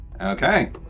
Okay